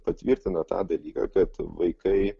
patvirtina tą dalyką kad vaikai